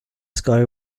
sky